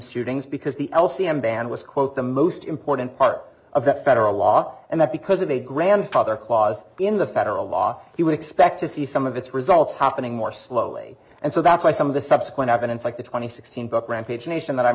suitings because the l c m ban was quote the most important part of that federal law and that because of a grandfather clause in the federal law he would expect to see some of its results happening more slowly and so that's why some of the subsequent evidence like the twenty sixteen book rampage nation that i'm